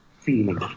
feeling